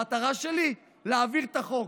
המטרה שלי היא להעביר את החוק.